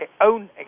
own